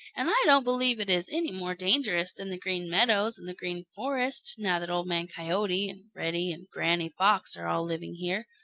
and i don't believe it is any more dangerous than the green meadows and the green forest, now that old man coyote and reddy and granny fox are all living here.